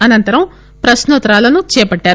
అనంతరం ప్రశ్నో త్తరాలను చేపట్టారు